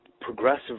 Progressive